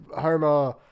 Homer